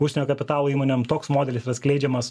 užsienio kapitalo įmonėm toks modelis yra skleidžiamas